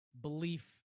belief